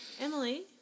emily